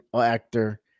actor